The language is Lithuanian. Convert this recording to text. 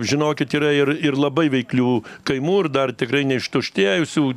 žinokit yra ir ir labai veiklių kaimų ir dar tikrai ne ištuštėjusių